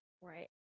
Right